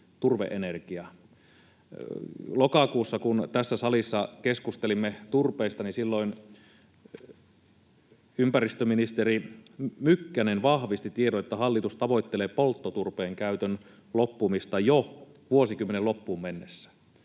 Lokakuussa, kun tässä salissa keskustelimme turpeesta, silloin ympäristöministeri Mykkänen vahvisti tiedon, että hallitus tavoittelee polttoturpeen käytön loppumista jo vuosikymmenen loppuun mennessä.